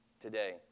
today